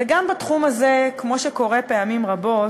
וגם בתחום הזה, כמו שקורה פעמים רבות,